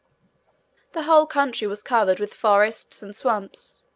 the whole country was covered with forests, and swamps.